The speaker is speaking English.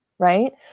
right